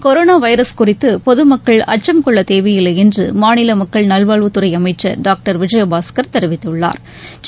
corona virus குறித்து பொதுமக்கள் அச்சம் கொள்ள தேவையில்லை என்று மாநில மக்கள் நல்வாழ்வுத்துறை அமைச்சா் டாக்டர் சி விஜயபாஸ்கா் தெரிவித்துள்ளாா்